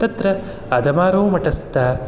तत्र अदमारुमटस्थ